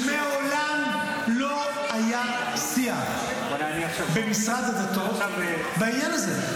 -- מעולם לא היה שיח במשרד הדתות בעניין הזה.